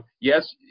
yes